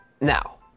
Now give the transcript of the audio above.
now